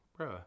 bruh